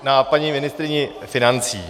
Na paní ministryni financí.